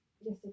Yes